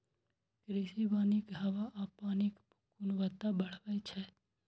कृषि वानिक हवा आ पानिक गुणवत्ता बढ़बै छै